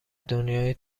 دنیای